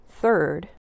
Third